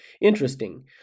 interesting